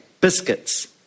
biscuits